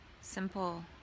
simple